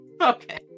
Okay